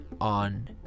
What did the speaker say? on